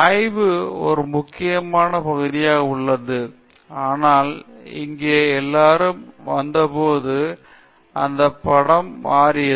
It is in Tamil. ஆய்வு நாள் ஒரு முக்கிய பகுதியாக இல்லை ஆனால் இங்கே எல்லோரும் வந்தபோது இந்த படம் மாறியது